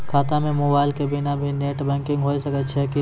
खाता म मोबाइल के बिना भी नेट बैंकिग होय सकैय छै कि नै?